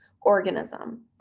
organism